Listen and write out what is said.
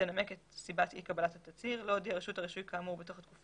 ותנמק את סיבת אי קבלת התצהיר.